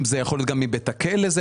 זה יכול להיות גם מבית הכלא,